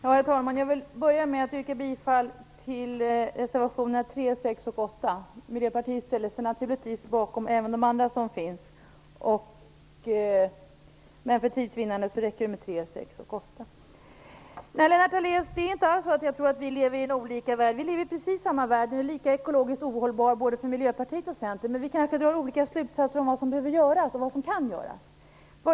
Herr talman! Jag vill börja med att yrka bifall till reservationerna 3, 6 och 8. Miljöpartiet ställer sig naturligtvis bakom även de andra reservationerna, men för tids vinnande räcker det med dessa tre. Jag tror inte alls att vi lever i olika världar, Lennart Daléus. Vi lever i precis samma värld. Den är lika ekologiskt ohållbar för Miljöpartiet som för Centern. Men vi kanske drar olika slutsatser om vad som behöver göras, och vad som kan göras.